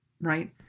right